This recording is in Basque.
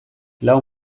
lau